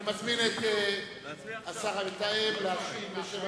אני מזמין את השר המתאם להשיב בשם